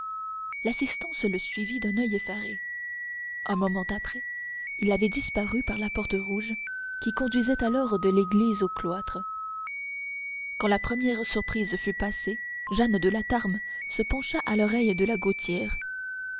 l'assistance le suivit d'un oeil effaré un moment après il avait disparu par la porte rouge qui conduisait alors de l'église au cloître quand la première surprise fut passée jehanne de la tarme se pencha à l'oreille de la gaultière